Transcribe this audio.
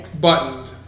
buttoned